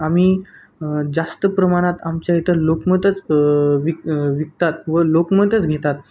आम्ही जास्त प्रमाणात आमच्या इथं लोकमतच विक विकतात व लोकमतच घेतात